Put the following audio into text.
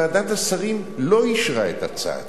ועדת השרים לא אישרה את הצעתו,